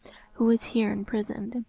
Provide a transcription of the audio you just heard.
who is here imprisoned!